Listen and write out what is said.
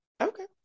Okay